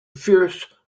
fierce